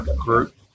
group